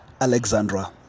Alexandra